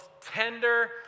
tender